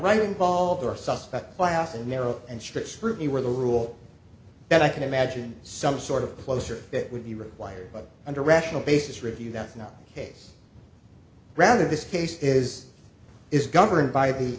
right involved or suspect bias and narrow and strict scrutiny were the rule that i can imagine some sort of closure that would be required but under rational basis review that no case rather this case is is governed by the